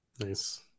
Nice